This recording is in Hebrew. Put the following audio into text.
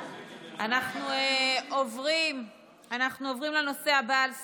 אנחנו עוברים לנושא הבא על סדר-היום,